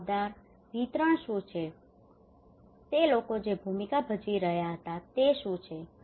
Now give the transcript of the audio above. જવાબદાર વિતરણ શું છે તે લોકો જે ભૂમિકા ભજવી રહ્યા છે તે શું છે